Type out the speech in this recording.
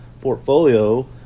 portfolio